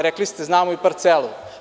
Rekli ste – znamo i parcelu.